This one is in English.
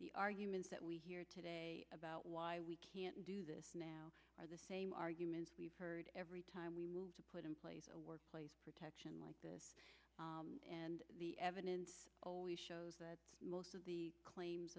the arguments that we hear today about why we can't do this now are the same arguments we've heard every time we would put in place a workplace protection like this and the evidence shows that most of the claims